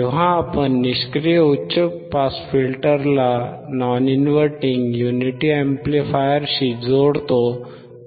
जेव्हा आपण निष्क्रिय उच्च पास फिल्टरला नॉन इनव्हर्टिंग युनिटी अॅम्प्लिफायरशी जोडतो